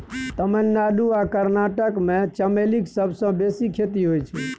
तमिलनाडु आ कर्नाटक मे चमेलीक सबसँ बेसी खेती होइ छै